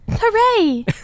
Hooray